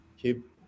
Keep